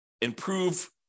improve